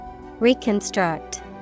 Reconstruct